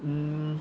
mm